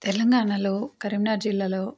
తెలంగాణలో కరీంనగర్ జిల్లలో